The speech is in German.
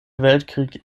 weltkrieg